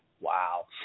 Wow